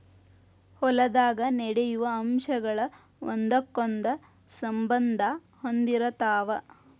ಹೊಲದಾಗ ನಡೆಯು ಅಂಶಗಳ ಒಂದಕ್ಕೊಂದ ಸಂಬಂದಾ ಹೊಂದಿರತಾವ